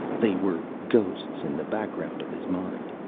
they were ghosts in the background of his mind.